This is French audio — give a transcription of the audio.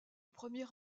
premier